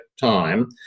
Time